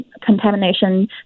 contamination